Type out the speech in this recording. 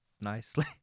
nicely